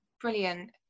Brilliant